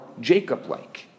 Jacob-like